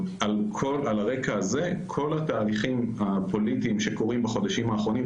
על הרקע הזה כל התהליכים הפוליטיים שקורים בחודשים האחרונים,